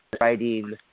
writing